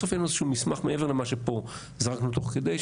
בסוף יהיה לנו איזשהו מסמך מעבר למה שפה זרקנו תוך כדי,